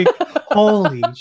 holy